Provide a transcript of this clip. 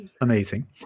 amazing